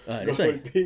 ya that's why